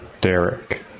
Derek